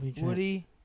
Woody